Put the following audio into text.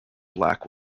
black